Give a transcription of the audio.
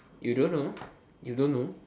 you don't know you don't know